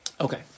Okay